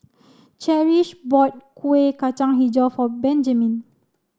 Cherish bought Kueh Kacang Hijau for Benjiman